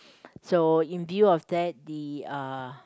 so in view of that the uh